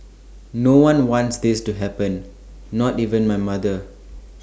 no one wants this to happen not even my mother